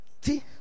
See